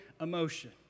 emotion